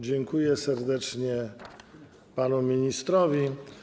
Dziękuję serdecznie panu ministrowi.